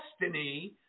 destiny